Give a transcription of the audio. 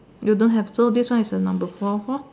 you don't have so this one is the number four four